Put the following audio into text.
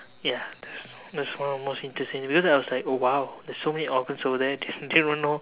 ya that's that's one of the most interesting videos because I was like oh !wow! there's so many organs over there didn't didn't even know